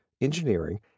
engineering